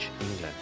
England